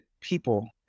people